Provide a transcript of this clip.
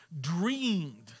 dreamed